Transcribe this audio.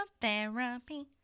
Therapy